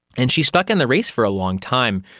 and she stuck in the race for a long time,